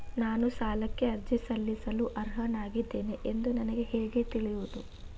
ನಾನು ಸಾಲಕ್ಕೆ ಅರ್ಜಿ ಸಲ್ಲಿಸಲು ಅರ್ಹನಾಗಿದ್ದೇನೆ ಎಂದು ನನಗೆ ಹೇಗೆ ತಿಳಿಯುವುದು?